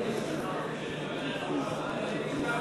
54, נגד,